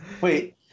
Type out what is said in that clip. Wait